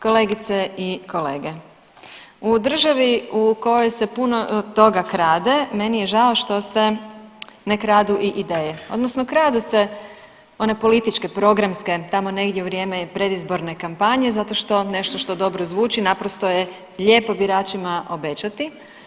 Kolegice i kolege, u državi u kojoj se puno toga krade meni je žao što se ne kradu i ideje, odnosno kradu se one političke programske tamo negdje u vrijeme pred izborne kampanje zato jer nešto što dobro zvuči naprosto je lijepo biračima obećati.